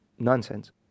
Nonsense